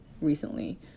recently